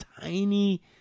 tiny